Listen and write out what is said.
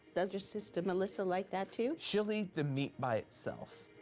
does your sister melissa like that, too? she'll eat the meat by itself.